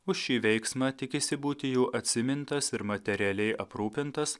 už šį veiksmą tikisi būti jų atsimintas ir materialiai aprūpintas